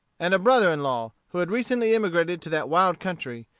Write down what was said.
and a brother in-law, who had recently emigrated to that wild country,